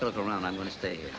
go around i'm going to stay here